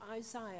Isaiah